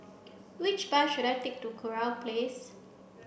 which bus should I take to Kurau Place